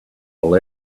will